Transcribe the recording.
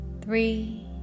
three